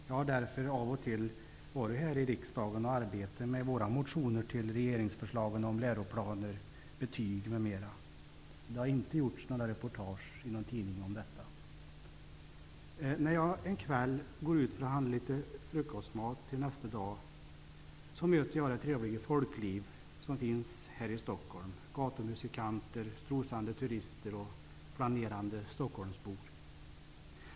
Jag har därför av och till varit här i riksdagen och arbetat med våra motioner till regeringsförslagen om läroplaner, betyg m.m. Det har inte gjorts något reportage i någon tidning om detta. När jag en kväll gick ut för att handla litet frukost till nästa dag mötte jag det trevliga folkliv som finns här i Stockholm: gatumusikanter, strosande turister och flanerande stockholmsbor.